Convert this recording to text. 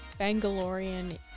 Bangalorean